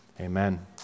Amen